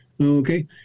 Okay